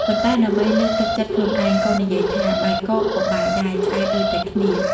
ប៉ុន្តែដើម្បីលើកទឹកចិត្តខ្លួនឯង ក៏និយាយថា បាយកកក៏បាយដែរ ឆ្អែតដូចតែគ្នា ។